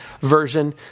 version